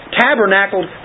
tabernacled